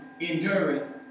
endureth